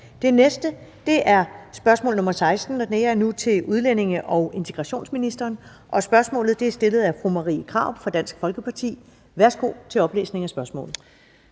Det næste er spørgsmål nr. 16, og det er nu til udlændinge- og integrationsministeren, og spørgsmålet er stillet af fru Marie Krarup fra Dansk Folkeparti. Kl. 14:37 Spm.